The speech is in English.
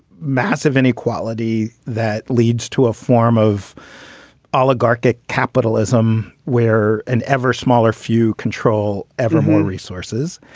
massive inequality that leads to a form of oligarchic capitalism where an ever smaller few control ever more resources.